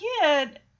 kid